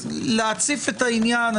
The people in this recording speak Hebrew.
להציף את העניין.